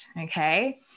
okay